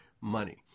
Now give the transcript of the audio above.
money